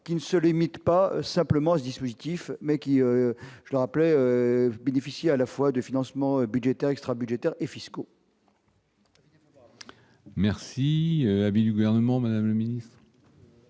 qui ne se limite pas simplement ce dispositif mais qui, je le rappelais bénéficier à la fois de financement budgétaire extra-budgétaires et fiscaux. Merci vie du gouvernement mais